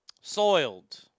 Soiled